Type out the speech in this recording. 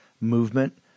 movement